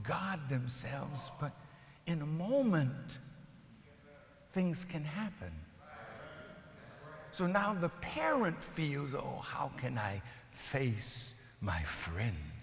god themselves but in a moment things can happen so now the parent feels oh how can i face my friend